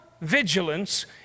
vigilance